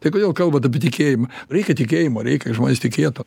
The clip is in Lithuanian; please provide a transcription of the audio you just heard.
tai kodėl kalbat apie tikėjimą reikia tikėjimo reikia kad žmonės tikėtų